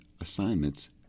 assignments